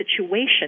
situation